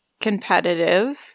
competitive